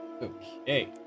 Okay